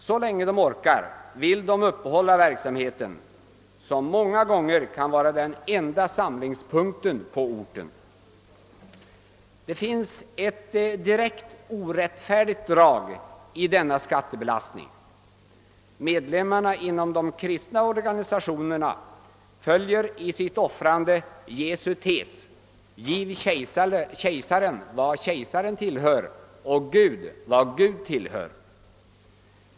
Så länge man orkar vill man uppehålla verksamheten; många gånger är dessa kyrkor eller andra 1okaler den enda samlingspunkten på orten. Det finns ett direkt orättfärdigt drag i denna skattebelastning. Medlemmarna inom de kristna organisationerna följer i sitt offrande Jesu tes: Given kejsaren vad kejsaren tillhörer och Gud vad Gud tillhörer.